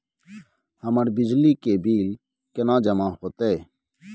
हमर बिजली के बिल केना जमा होते?